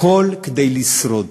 הכול כדי לשרוד.